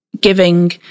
giving